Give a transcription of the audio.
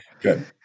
Good